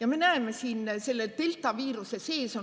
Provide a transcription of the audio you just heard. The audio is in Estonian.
Ja me näeme, et selle deltaviiruse sees on